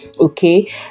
okay